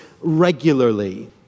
regularly